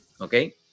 okay